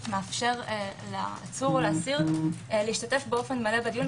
מאפשר לאסיר להשתתף באופן מלא בדיון.